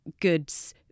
goods